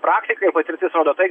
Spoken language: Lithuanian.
praktikoje patirtis rodo tai